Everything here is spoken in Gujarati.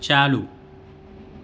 ચાલુ